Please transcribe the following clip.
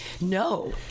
No